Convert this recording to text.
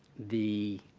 the